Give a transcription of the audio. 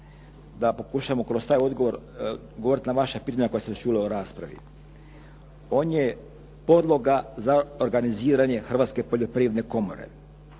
Da pokušavam kroz taj odgovorit na vaša pitanja koja sam čuo u raspravi. On je podloga za organiziranje Hrvatske poljoprivredne komore.